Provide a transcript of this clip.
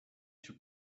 too